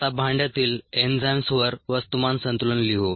आता भांड्यातील एन्झाईम्सवर वस्तुमान संतुलन लिहू